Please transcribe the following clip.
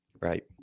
Right